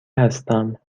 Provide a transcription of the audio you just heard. هستم